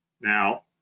Now